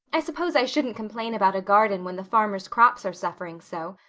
i suppose i shouldn't complain about a garden when the farmers' crops are suffering so.